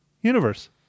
universe